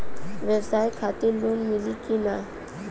ब्यवसाय खातिर लोन मिली कि ना?